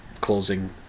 closing